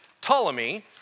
Ptolemy